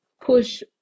push